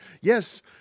Yes